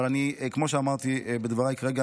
אבל כמו שאמרתי בדבריי כרגע,